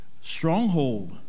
Stronghold